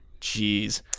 Jeez